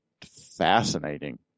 fascinating